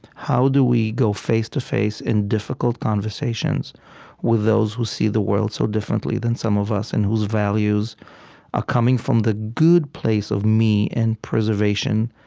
how do we go face-to-face in difficult conversations with those who see the world so differently than some of us and whose values are coming from the good place of me and preservation,